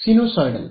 sinusoidal